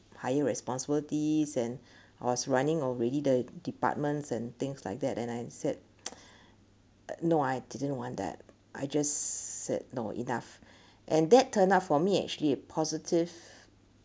higher responsibilities and I was running already the departments and things like that and I said no I didn't want that I just said no enough and that turned out for me actually a positive